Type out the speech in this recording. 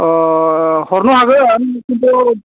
अ हरनो हागोन खिन्थु